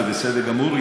זה בסדר גמור.